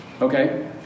Okay